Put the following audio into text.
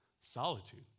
Solitude